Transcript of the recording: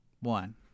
one